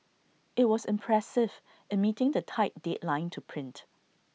IT was impressive in meeting the tight deadline to print